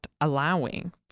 allowing